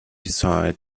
decided